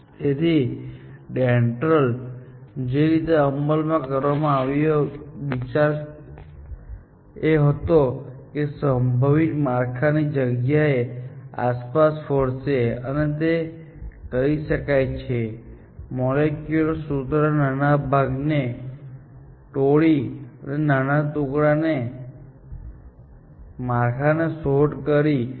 તેથી ડેન્ડ્રલનો જે રીતે અમલ કરવામાં આવ્યો તે વિચાર એ હતો કે તે સંભવિત માળખાની જગ્યાની આસપાસ ફરશે અને તે કરી શકાય છે મોલેક્યુલર સૂત્રને નાના ભાગ માં તોડીને અને નાના ટુકડાના માળખાની શોધ કરીને